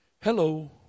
Hello